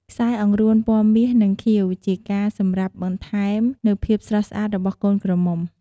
ខ្សែអង្រួនពណ៌មាសនិងខៀវជាការសម្រាប់បន្តែមនៅភាពស្រស់ស្អាតរបស់កូនក្រមំុ។